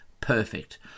Perfect